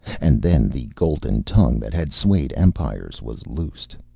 and then the golden tongue that had swayed empires was loosed.